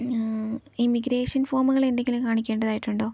immigration ഫോമുകൾ എന്തെങ്കിലും കാണിക്കേണ്ടതായിട്ടുണ്ടോ